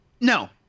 no